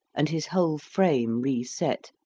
and his whole frame re-set,